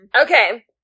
Okay